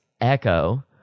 Echo